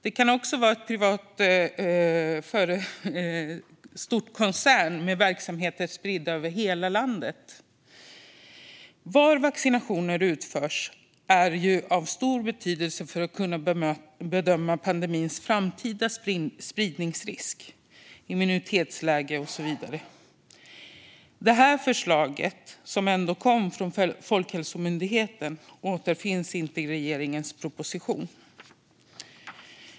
Det kan också vara en stor privat koncern, med verksamheter spridda över hela landet. Var vaccinationer utförs är av stor betydelse för att kunna bedöma pandemins framtida spridningsrisk, immunitetsläget och så vidare. Det förslag som kom från Folkhälsomyndigheten återfinns inte i regeringens proposition.